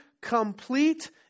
complete